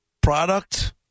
product